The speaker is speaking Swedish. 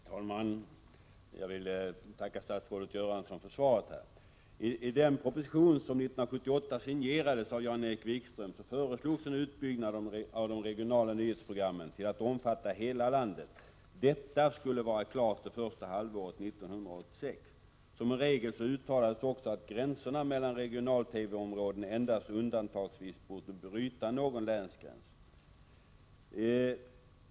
Herr talman! Jag vill tacka statsrådet Göransson för svaret. I den proposition som 1978 signerades av Jan-Erik Wikström förslogs en utbyggnad av de regionala nyhetsprogrammen till att omfatta hela landet. Detta skulle vara klart det första halvåret 1986. Som en regel uttalades också att gränserna mellan regional-TV-områden endast undantagsvis borde bryta någon länsgräns.